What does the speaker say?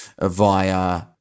via